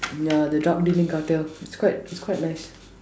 ya the drug dealing cartel it's quite it's quite nice